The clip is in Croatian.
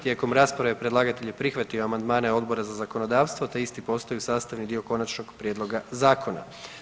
Tijekom rasprave predlagatelj je prihvatio amandmane Odbora za zakonodavstvo te isti postaju sastavni dio konačnog prijedloga zakona.